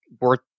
worth